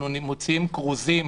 אנחנו מוציאים כרוזים,